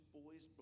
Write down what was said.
boys